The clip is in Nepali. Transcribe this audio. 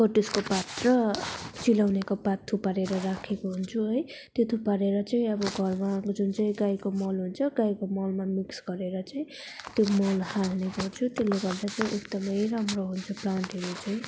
कटुसको पात र चिलाउनेको पात थुपारेर राखेको हुन्छ है त्यो थुपारेर चाहिँ अब घरमा अब घरमा जुन चाहिँ गाईको मल हुन्छ गाईको मलमा मिक्स गरेर चाहिँ त्यो मल हाल्ने गर्छु त्यसले गर्दा चाहिँ एकदमै राम्रो हुन्छ प्लान्टहरू चाहिँ